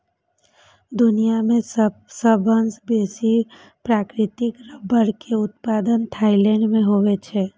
दुनिया मे सबसं बेसी प्राकृतिक रबड़ के उत्पादन थाईलैंड मे होइ छै